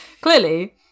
clearly